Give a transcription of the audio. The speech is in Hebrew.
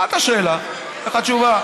שאלת שאלה, אני נותן לך תשובה.